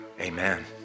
Amen